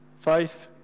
Faith